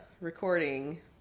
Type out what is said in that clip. recording